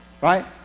Right